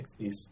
60s